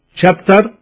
chapter